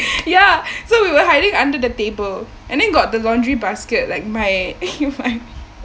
ya so we were hiding under the table and then got the laundry basket like my